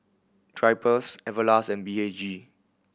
Drypers Everlast and B H G